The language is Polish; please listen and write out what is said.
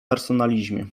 personalizmie